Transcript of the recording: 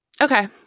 Okay